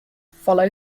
follow